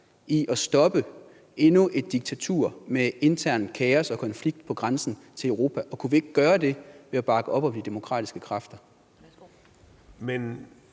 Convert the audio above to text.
i at stoppe endnu et diktatur med internt kaos og konflikt på grænsen til Europa, og kunne vi ikke gøre det ved at bakke op om de demokratiske kræfter?